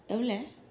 எவ்வளவு:evvalavu